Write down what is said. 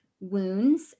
wounds